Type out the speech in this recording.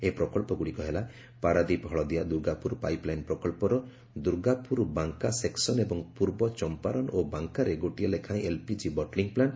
ଏହି ପ୍ରକଚ୍ଚଗୁଡ଼ିକ ହେଲା ପାରାଦ୍ୱୀପ ହଳଦିଆ ଦୁର୍ଗାପୁର ପାଇପ୍ଲାଇନ୍ ପ୍ରକହ୍ବର ଦୁର୍ଗାପୁର ବାଙ୍କା ସେକ୍ସନ୍ ଏବଂ ପୂର୍ବ ଚମ୍ପାରନ୍ ଓ ବାଙ୍କାରେ ଗୋଟିଏ ଲେଖାଏଁ ଏଲ୍ପିଜି ବଟଲିଂ ପ୍ଲାର୍କ